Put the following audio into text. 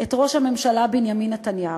את ראש הממשלה בנימין נתניהו.